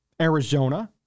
Arizona